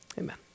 Amen